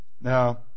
Now